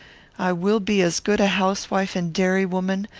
i will be as good a housewife and dairywoman,